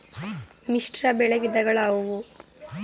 ಮಿಶ್ರಬೆಳೆ ವಿಧಗಳಾವುವು?